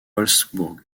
wolfsbourg